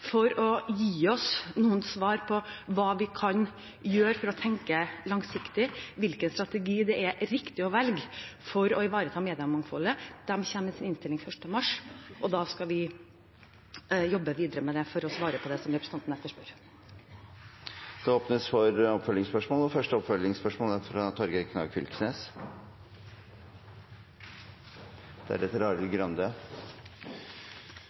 for å gi oss noen svar på hva vi kan gjøre for å tenke langsiktig, og hvilken strategi det er riktig å velge for å ivareta mediemangfoldet. De kommer med sin innstilling 1. mars, og da skal vi jobbe videre med det for å svare på det representanten etterspør. Det åpnes for oppfølgingsspørsmål – først Torgeir Knag Fylkesnes. Lokal- og